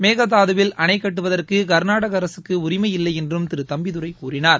மேகதாதுவில் அணை கட்டுவதற்கு கா்நாடக அரசுக்கு உரிமை இல்லை என்றும் திரு தம்பிதுரை கூறினார்